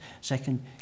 Second